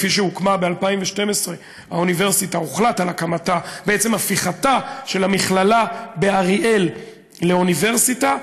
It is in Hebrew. כפי שב-2012 הוחלט על הקמתה בעצם הפיכתה של המכללה באריאל לאוניברסיטה,